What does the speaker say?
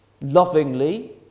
lovingly